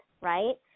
right